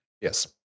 Yes